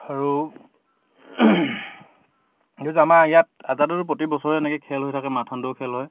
আৰু যিহেতু আমাৰ ইয়াত প্ৰতি বছৰে এনেকৈ খেল হয় থাকে মাৰাথন দৌৰ খেল হয়